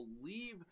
believe